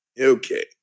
Okay